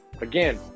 again